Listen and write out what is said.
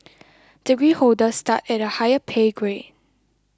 degree holders start at a higher pay grade